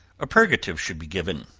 a purgative should be given,